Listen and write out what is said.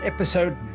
Episode